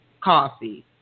coffee